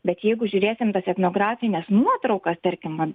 bet jeigu žiūrėsim tas etnografines nuotraukas tarkim